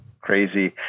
crazy